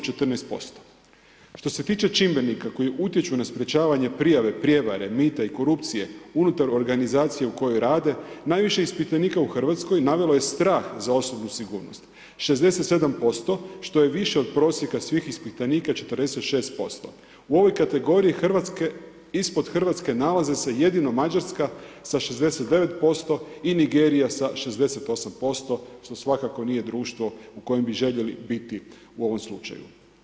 Što se tiče čimbenika koji utječu na sprječavanje prijave prijevare, mita i korupcije unutar organizacije u kojoj rade najviše ispitanika u Hrvatskoj navelo je strah za osobnu sigurnost 67% što je više od prosjeka svih ispitanika 46%, u ovoj kategoriji ispod Hrvatske nalaze se jedino Mađarska sa 69% i Nigerija sa 68% što svakako nije društvo u kojem bi željeli biti u ovom slučaju.